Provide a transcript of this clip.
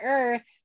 earth